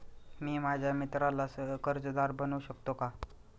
मी माझ्या मित्राला सह कर्जदार बनवू शकतो का?